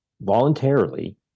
voluntarily